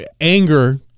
anger